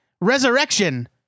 Resurrection